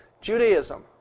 Judaism